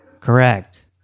Correct